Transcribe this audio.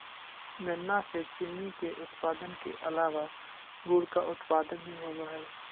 गन्ना से चीनी के उत्पादन के अलावा गुड़ का उत्पादन भी होवअ हई